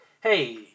hey